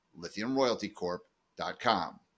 LithiumRoyaltyCorp.com